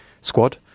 squad